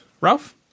Ralph